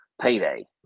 payday